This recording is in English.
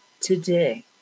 today